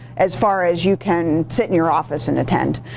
as far as you can sit in your office and attend.